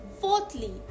Fourthly